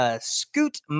scoot